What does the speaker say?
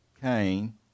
Cain